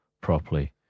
properly